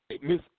Miss